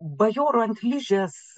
bajoro ant ližės